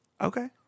Okay